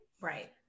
right